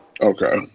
Okay